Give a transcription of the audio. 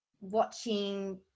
watching